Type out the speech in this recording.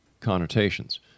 connotations